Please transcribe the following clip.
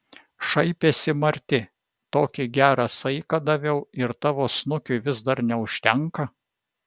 šaipėsi marti tokį gerą saiką daviau ir tavo snukiui vis dar neužtenka